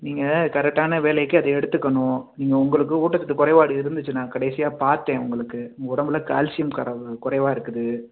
நீங்கள் கரெக்ட்டான வேளைக்கு அது எடுத்துக்கணும் நீங்கள் உங்களுக்கு ஊட்டச்சத்து குறைபாடு இருந்துச்சு நான் கடைசியாக பார்த்தேன் உங்களுக்கு உங்கள் உடம்பில் கால்சியம் கர குறைவாக இருக்குது